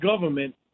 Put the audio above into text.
government